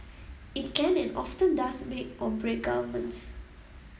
it can and often to does make or break governments